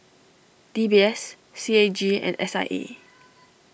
D B S C A G and S I E